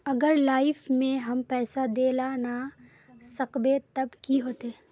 अगर लाइफ में हम पैसा दे ला ना सकबे तब की होते?